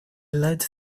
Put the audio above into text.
led